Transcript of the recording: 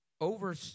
over